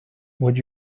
would